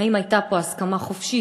האם הייתה פה הסכמה חופשית?